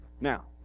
now